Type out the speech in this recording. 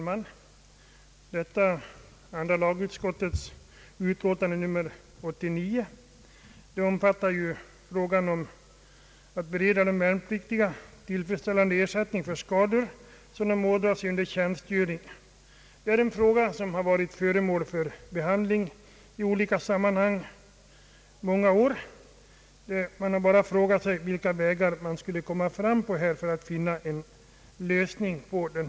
Herr talman! Andra lagutskottets utlåtande nr 89 gäller frågan om att bereda de värnpliktiga tillfredsställande ersättning för skador som de ådrar sig under tjänstgöring. Det är en fråga som varit föremål för behandling i olika sammanhang under många år. Man har prövat efter vilka vägar man skulle gå fram för att finna en lösning.